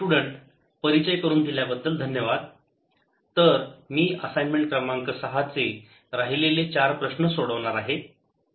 student परिचय करून दिल्याबद्दल धन्यवाद तर मी असाइनमेंट क्रमांक 6 चे राहिलेले चार प्रश्न सोडवणार आहे